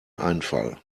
einfall